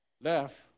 Left